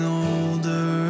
older